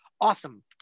awesome